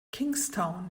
kingstown